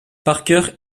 parker